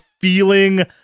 feeling